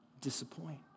disappoint